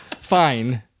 Fine